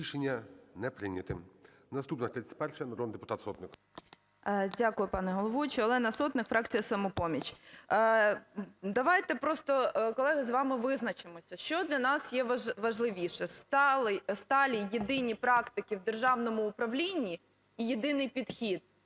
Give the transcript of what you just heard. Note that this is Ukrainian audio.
Рішення не прийнято. Наступна - 31-а, народний депутат Сотник. 13:53:59 СОТНИК О.С. Дякую, пане головуючий. Олена Сотник, фракція "Самопоміч". Давайте просто, колеги, з вами визначимося, що для нас є важливіше: сталі єдині практики в державному управлінні і єдиний підхід,